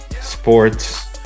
Sports